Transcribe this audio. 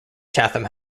chatham